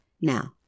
Now